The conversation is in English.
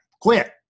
quit